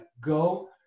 Go